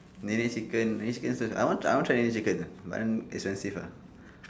Nene chicken Nene chicken sia I want I want try Nene chicken but then expensive ah